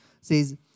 says